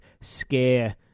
scare